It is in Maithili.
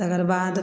तकर बाद